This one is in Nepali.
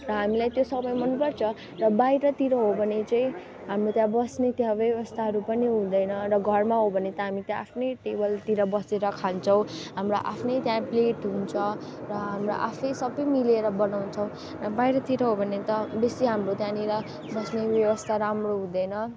र हामीलाई त्यो सबै मनपर्छ र बाहिरतिर हो भने चाहिँ हाम्रो त्यहाँ बस्ने त्यहाँ व्यवस्थाहरू पनि हुँदैन र घरमा हो भने त हामी त्यहाँ आफ्नै टेबलतिर बसेर खान्छौँ हाम्रो आफ्नै त्यहाँ प्लेट हुन्छ र हाम्रो आफै सबै मिलेर बनाउँछौँ र बाहिरतिर हो भने त बेसी हाम्रो त्यहाँनिर बस्ने व्यवस्था राम्रो हुँदैन